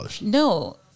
No